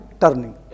turning